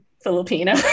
Filipino